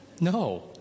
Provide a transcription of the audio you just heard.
No